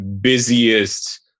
busiest